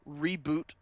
reboot